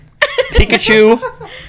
Pikachu